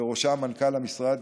ובראשם מנכ"ל משרד